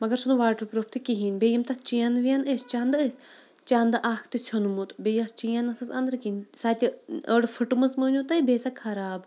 مگر سُہ نہٕ واٹَر پرٛوٗپھ تہِ کِہیٖنۍ بیٚیہِ یِم تَتھ چینہٕ وینہٕ ٲسۍ چَندٕ ٲسۍ چَندٕ اَکھ تہِ ژھیوٚنمُت بیٚیہِ یۄس چین ٲسٕس أندٕرۍ کِنۍ سۄ تہِ أڑۍ پھٕٹمٕژ مٲنِو تُہۍ بیٚیہِ سۄ خراب